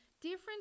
different